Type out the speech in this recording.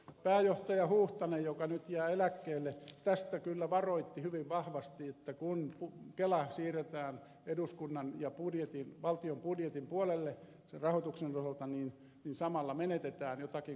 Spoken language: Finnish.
pääjohtaja huuhtanen joka nyt jää eläkkeelle tästä kyllä varoitti hyvin vahvasti että kun kela siirretään eduskunnan ja valtion budjetin puolelle sen rahoituksen osalta niin samalla menetetään jotakin korvaamatonta